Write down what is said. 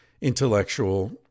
intellectual